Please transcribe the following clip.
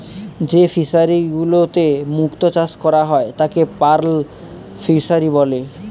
যে ফিশারিগুলোতে মুক্ত চাষ করা হয় তাকে পার্ল ফিসারী বলে